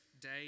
day